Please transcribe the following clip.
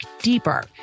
deeper